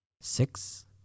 Six